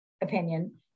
opinion